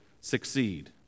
succeed